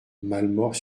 malemort